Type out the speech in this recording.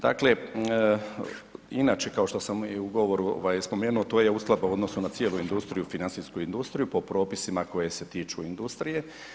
Dakle, inače, kao što sam i u govoru spomenuo, to je uskladba u odnosu na cijelu industriju, financijsku industriju, po propisima koji se tiču industrije.